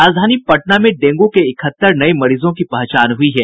राजधानी पटना में डेंगू के इकहत्तर नये मरीजों की पहचान हुयी है